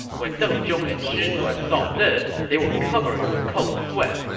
when deng zhong and shi zuan saw this, they were covered with cold sweat.